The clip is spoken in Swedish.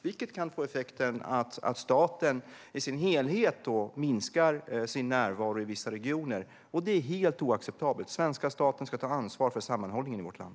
Det kan få effekten att staten i sin helhet minskar sin närvaro i vissa regioner, och det är helt oacceptabelt. Svenska staten ska ta ansvar för sammanhållningen i vårt land.